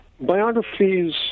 Biographies